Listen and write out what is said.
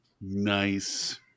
Nice